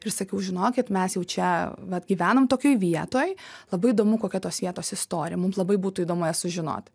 ir sakiau žinokit mes jau čia vat gyvenam tokioj vietoj labai įdomu kokia tos vietos istorija mum labai būtų įdomu ją sužinot